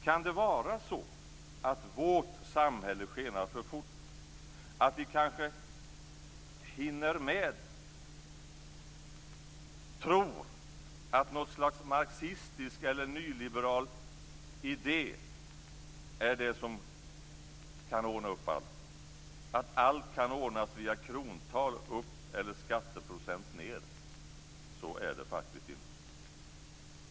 Kan det vara så att vårt samhälle skenar för fort, att vi kanske inte hinner med, att vi tror att något slags marxistisk eller nyliberal idé är det som kan ordna upp allt och att allt kan ordnas via krontal upp eller skatteprocent ned? Så är det faktiskt inte.